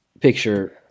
picture